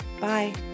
Bye